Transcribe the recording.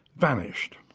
vanished.